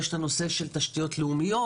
יש נושא של תשתיות לאומיות,